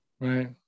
Right